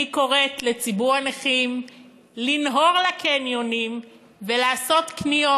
אני קוראת לציבור הנכים לנהור לקניונים ולעשות קניות.